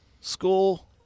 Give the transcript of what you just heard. school